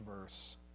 verse